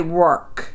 work